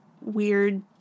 weird